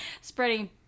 Spreading